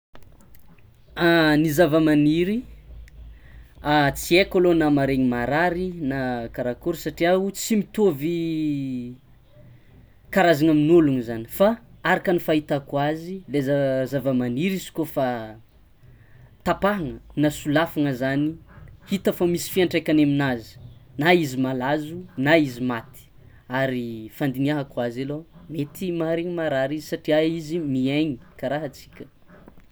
Ny zavamaniry tsy aiko aloh na maregny marary na karakory satria o tsy mitovy karazana amin'ologno zany fa araka ny fahitako azy ny zavamaniry izy kôfa tapahana na solafana zany hita fa misy fiantraikany aminazy na izy malazo na izy maty ary fandinihako azy aloha mety maregny marary izy satria izy miegny kara atsika.